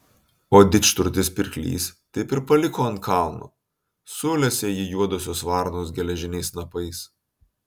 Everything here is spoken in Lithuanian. o didžturtis pirklys taip ir paliko ant kalno sulesė jį juodosios varnos geležiniais snapais